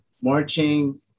marching